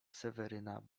seweryna